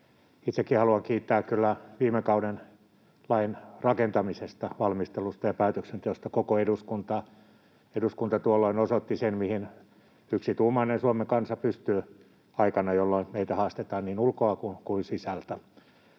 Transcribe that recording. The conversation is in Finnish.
Itsekin haluan kiittää kyllä viime kauden lain rakentamisesta, valmistelusta ja päätöksenteosta koko eduskuntaa. Eduskunta tuolloin osoitti sen, mihin yksituumainen Suomen kansa pystyy aikana, jolloin meitä haastetaan niin ulkoa kuin sisältä.